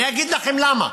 אני אגיד לכם למה.